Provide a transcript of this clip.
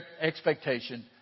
expectation